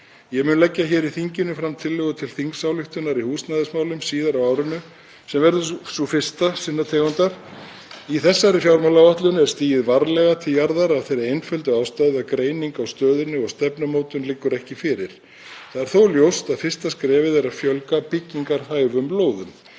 Ég mun leggja hér í þinginu fram tillögu til þingsályktunar í húsnæðismálum síðar á árinu sem verður sú fyrsta sinnar tegundar. Í þessari fjármálaáætlun er stigið varlega til jarðar af þeirri einföldu ástæðu að greining á stöðunni og stefnumótun liggur ekki fyrir. Það er þó ljóst að fyrsta skrefið er að fjölga byggingarhæfum lóðum.